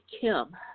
Kim